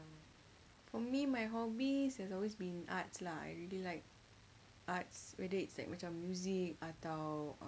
for me my hobbies has always been arts lah I really like arts whether it's like macam music atau